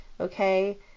okay